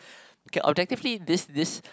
okay objectively this this